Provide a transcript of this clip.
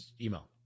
email